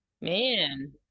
Man